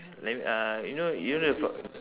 let me uh you know you know the f~